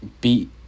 beat